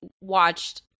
watched